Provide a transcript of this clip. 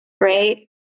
right